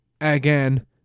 Again